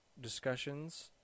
discussions